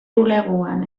bulegoan